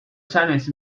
silences